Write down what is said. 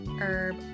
Herb